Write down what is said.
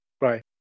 right